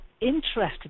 interested